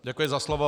Děkuji za slovo.